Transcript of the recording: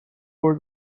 for